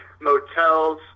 motels